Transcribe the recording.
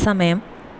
സമയം